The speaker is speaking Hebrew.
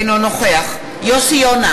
אינו נוכח יוסי יונה,